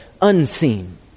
unseen